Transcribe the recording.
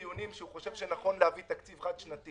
היושב-ראש אמר לפני מספר דיונים שנכון להביא תקציב חד-שנתי.